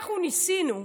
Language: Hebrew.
אנחנו ניסינו,